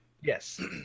Yes